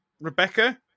Rebecca